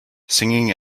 singing